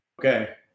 Okay